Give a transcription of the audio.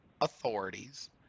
authorities